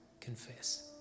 confess